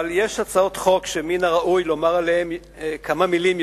אבל יש הצעות חוק שמן הראוי לומר עליהן כמה מלים,